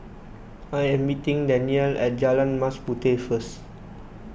I am meeting Danyelle at Jalan Mas Puteh first